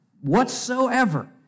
whatsoever